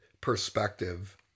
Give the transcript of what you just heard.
perspective